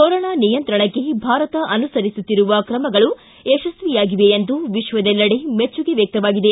corona ನಿಯಂತ್ರಣಕ್ಕೆ ಭಾರತ ಅನುಸರಿಸುತ್ತಿರುವ ಕ್ರಮಗಳು ಯಶಸ್ವಿಯಾಗಿವೆ ಎಂದು ವಿಶ್ವದೆಲ್ಲಿಡೆ ಮೆಚ್ಚುಗೆ ವ್ಯಕ್ತವಾಗಿದೆ